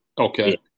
Okay